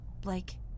Blake